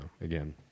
Again